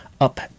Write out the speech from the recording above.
up